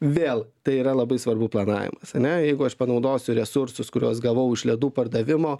vėl tai yra labai svarbu planavimas ane jeigu aš panaudosiu resursus kuriuos gavau iš ledų pardavimo